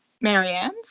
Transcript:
Marianne's